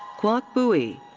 quoc bui.